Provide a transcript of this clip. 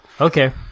okay